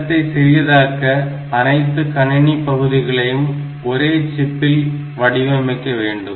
இடத்தை சிறியதாக்க அனைத்து கணினி பகுதிகளையும் ஒரே சிப்பில் வடிவமைக்க வேண்டும்